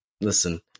listen